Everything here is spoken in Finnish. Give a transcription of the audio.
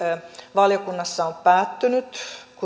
valiokunnassa on päättynyt